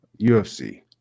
UFC